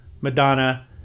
Madonna